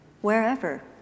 wherever